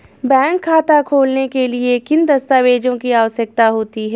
Bank खाता खोलने के लिए किन दस्तावेज़ों की आवश्यकता होती है?